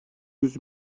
yüz